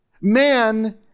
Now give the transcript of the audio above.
Man